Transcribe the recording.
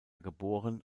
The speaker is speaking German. geboren